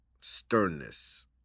sternness